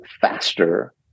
faster